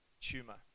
tumor